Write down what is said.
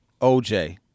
OJ